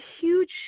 huge